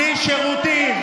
בלי שירותים.